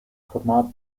formaba